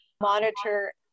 monitor